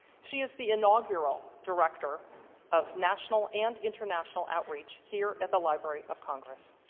she is the inaugural director of national and international outreach here at the library of congress.